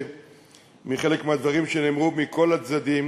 מחלק מהדברים שנאמרו על-ידי כל הצדדים,